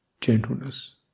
gentleness